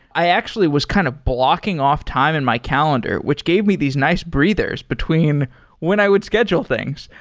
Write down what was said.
i actually was kind of blocking off time in my calendar, which gave me these nice breathers between when i would schedule things.